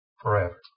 forever